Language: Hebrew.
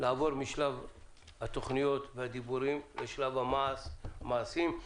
לעבור משלב התוכניות והדיבורים לשלב המעשים.